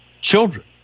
Children